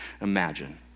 imagine